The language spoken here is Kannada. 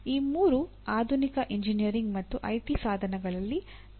ಈ ಮೂರೂ ಆಧುನಿಕ ಎಂಜಿನಿಯರಿಂಗ್ ಮತ್ತು ಐಟಿ ಸಾಧನಗಳಲ್ಲಿ ತೊಡಗಿಸಿಕೊಂಡಿದೆ